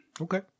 Okay